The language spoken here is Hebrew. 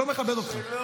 זה לא מכבד אותך.